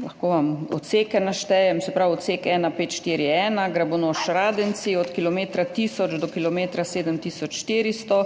lahko vam odseke naštejem, se pravi odsek 1541 Grabonoš–Radenci, od kilometra tisoč do kilometra 7 tisoč 400